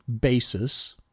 basis